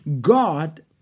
God